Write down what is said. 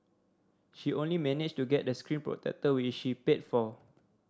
she only managed to get a screen protector which she paid for